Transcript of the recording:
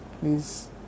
please